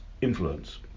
influence